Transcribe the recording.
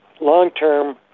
Long-term